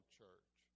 church